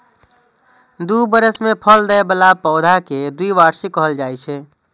दू बरस मे फल दै बला पौधा कें द्विवार्षिक कहल जाइ छै